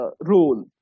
Role